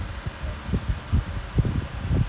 page seventeen they put like example